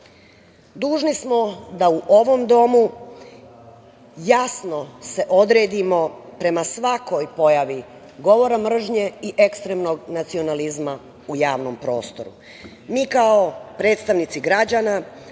njima. Dužni smo da u ovom domu jasno se odredimo prema svakoj pojavi govora mržnje i ekstremnog nacionalizma u javnom prostoru. Mi kao predstavnici građana